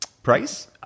Price